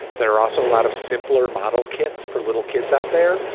there are also a lot of simpler model kits for little kids out there.